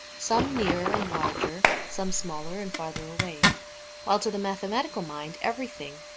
some nearer and larger, some smaller and farther away while to the mathematical mind everything,